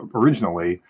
originally